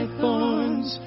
thorns